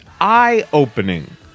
eye-opening